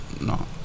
no